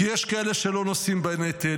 כי יש כאלה שלא נושאים בנטל,